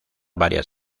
varias